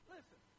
Listen